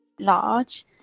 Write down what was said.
large